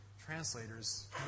translators